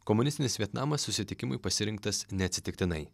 komunistinis vietnamas susitikimui pasirinktas neatsitiktinai